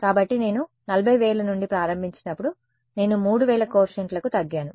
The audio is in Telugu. కాబట్టి నేను 40000 నుండి ప్రారంభించినప్పుడు నేను 3000 కోఎఫీషియెంట్లకు తగ్గాను